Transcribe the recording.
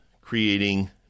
creating